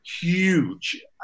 huge